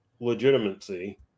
legitimacy